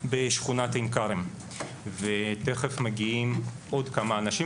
בשכונת עין כרם ותיכף מגיעים עוד כמה אנשים,